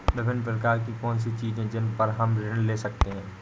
विभिन्न प्रकार की कौन सी चीजें हैं जिन पर हम ऋण ले सकते हैं?